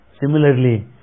Similarly